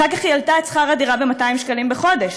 אחר כך היא העלתה את שכר-הדירה ב-200 שקלים בחודש.